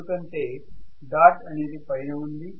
ఎందుకంటే డాట్ అనేది పైన ఉంది